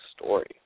story